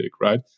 right